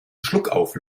schluckauf